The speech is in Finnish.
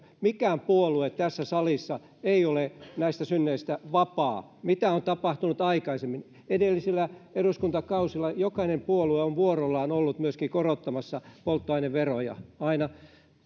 mikään puolue tässä salissa ei ole näistä synneistä vapaa mitä on tapahtunut aikaisemmin edellisillä eduskuntakausilla jokainen puolue on vuorollaan ollut myöskin korottamassa polttoaineveroja aina